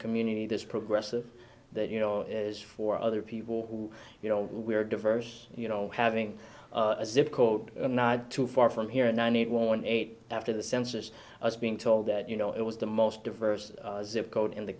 community this progressive that you know is for other people who you know we are diverse you know having a zip code not too far from here and i need one eight after the census was being told that you know it was the most diverse zip code in the